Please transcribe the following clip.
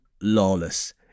Lawless